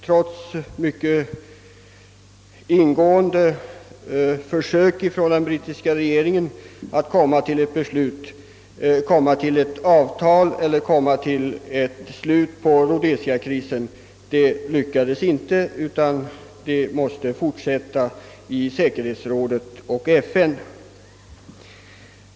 Trots intensiva ansträngningar har den brittiska regeringen inte lyckats få till stånd en uppgörelse i Rhodesia-krisen, utan frågan måste tas upp i FN och dess säkerhetsråd.